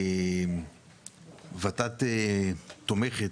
ות"ת תומכת,